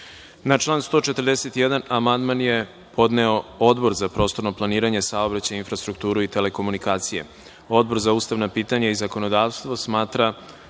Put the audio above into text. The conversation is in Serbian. član 141. amandman je podneo Odbor za prostorno planiranje, saobraćaj, infrastrukturu i telekomunikacije. Odbor za ustavna pitanja i zakonodavstvo smatra